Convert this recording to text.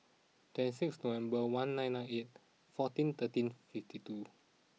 twenty six November one nine nine eight fourteen thirteen fifty two